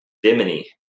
Bimini